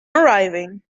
arriving